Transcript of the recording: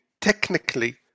technically